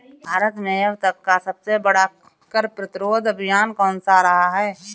भारत में अब तक का सबसे बड़ा कर प्रतिरोध अभियान कौनसा रहा है?